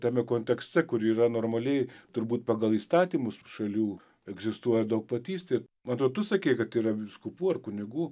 tame kontekste kur yra normaliai turbūt pagal įstatymus tų šalių egzistuoja daugpatystė man atrodo tu sakei kad yra vyskupų ar kunigų